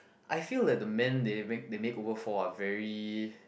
I feel that the men they make they makeover for are very